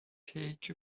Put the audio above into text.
take